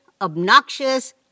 obnoxious